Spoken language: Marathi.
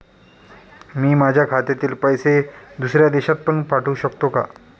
मी माझ्या खात्यातील पैसे दुसऱ्या देशात पण पाठवू शकतो का?